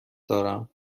دارم